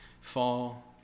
fall